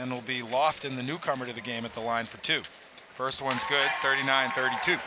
and will be last in the newcomer to the game at the line for two first ones go thirty nine thirty two